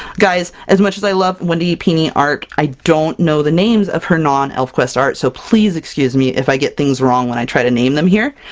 guys as much as i love wendy pini art, i don't know the names of her non-elfquest art, so please excuse me if i get things wrong when i try to name them here.